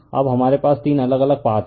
अब हमारे पास तीन अलग अलग पाथ हैं